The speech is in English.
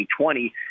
2020